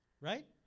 right